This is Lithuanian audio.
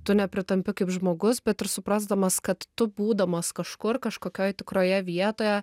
tu nepritampi kaip žmogus bet ir suprasdamas kad tu būdamas kažkur kažkokioj tikroje vietoje